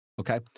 okay